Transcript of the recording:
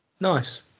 Nice